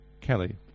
Kelly